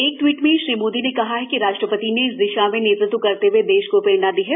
एक ट्वीट में श्री मोदी ने कहा कि राष्ट्रपति ने इस दिशा में नेतृत्व करते हए देश को प्रेरणा दी है